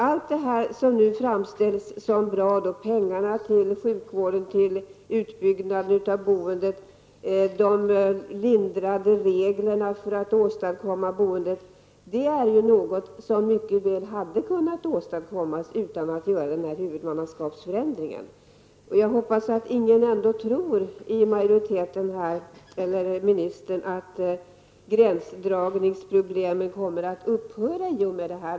Allt det som nu framställs som bra, pengarna till sjukvården och, till utbyggnaden av boendet, och förenklade reglerna för att åstadkomma boende, är något som mycket väl hade kunnat åstadkommas utan att man gjorde denna förändring av huvudmannaskapet. Jag hoppas att inte ministern eller någon i utskottsmajoriteten tror att gränsdragningsproblemen kommer att upphöra i och med detta.